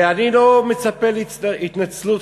ואני לא מצפה להתנצלות,